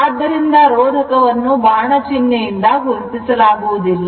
ಆದ್ದರಿಂದ ರೋಧಕ ವನ್ನು ಬಾಣ ಚಿಹ್ನೆಯಿಂದ ಗುರುತಿಸಲಾಗುವುದಿಲ್ಲ